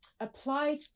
applied